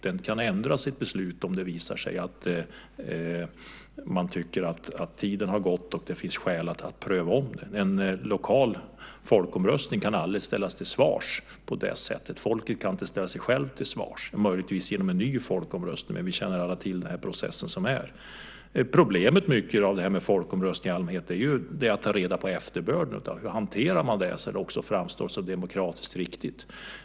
Den kan ändra sitt beslut om det visar sig att man tycker att tiden har gått och det finns skäl att ompröva det. En lokal folkomröstning kan aldrig ställas till svars på det sättet. Folket kan inte ställa sig självt till svars. Det kan möjligtvis ske genom en ny folkomröstning. Men vi känner alla till processen. Problemet med folkomröstningar i allmänhet är att ta reda på efterbörden. Hur hanterar man det så att det också framstår som demokratiskt riktigt?